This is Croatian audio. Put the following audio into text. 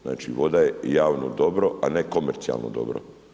Znači, voda je javno dobro, a ne komercijalno dobro.